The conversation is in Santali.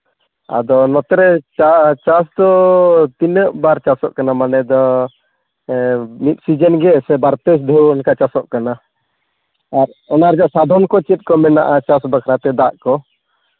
ᱟᱫᱚ ᱱᱚᱛᱮ ᱨᱮ ᱪᱟᱥ ᱪᱟᱥ ᱫᱚ ᱛᱤᱱᱟᱹᱜ ᱵᱟᱨ ᱪᱟᱥᱚᱜ ᱠᱟᱱᱟ ᱢᱟᱱᱮ ᱫᱚ ᱢᱤᱫ ᱥᱤᱡᱤᱱ ᱜᱮ ᱥᱮ ᱵᱟᱨᱼᱯᱮ ᱫᱷᱟᱹᱣ ᱚᱱᱠᱟ ᱪᱟᱥᱚᱜ ᱠᱟᱱᱟ ᱟᱨ ᱚᱱᱟ ᱨᱮᱭᱟᱜ ᱥᱟᱫᱷᱚᱱ ᱠᱚ ᱪᱮᱫ ᱠᱚ ᱢᱮᱱᱟᱜᱼᱟ ᱪᱟᱥ ᱵᱟᱠᱷᱨᱟᱛᱮ ᱫᱟᱜ ᱠᱚ